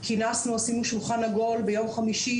עשינו שולחן עגול ביום חמישי,